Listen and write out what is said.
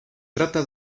trata